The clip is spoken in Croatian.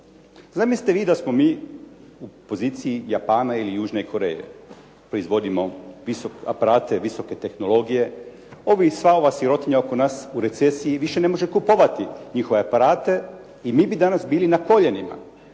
Zamislite vi da smo mi u poziciji Japana ili Južne Koreje, proizvodimo aparate visoke tehnologije, ovi i sva ova sirotinja oko nas u recesiji više ne može kupovati njihove aparate i mi bi danas bili na koljenima,